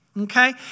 okay